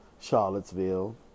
Charlottesville